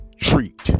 treat